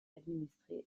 administré